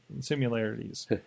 similarities